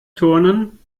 turnen